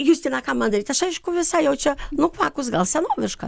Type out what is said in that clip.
justina ką man daryt aš aišku visai jau čia nukvakus gal senoviška